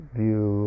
view